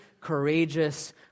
courageous